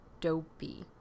dopey